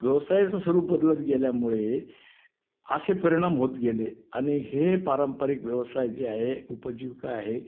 व्यवसायाचं स्वरूप बदलत गेल्यामुळे असे परिणाम होत गेले आणि हे पारंपरिक व्यवसाय जे आहे उपजीविका आहे